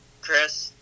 Chris